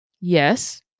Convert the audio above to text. Yes